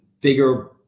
bigger